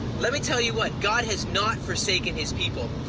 let me tell you what, god has not forsaken his people.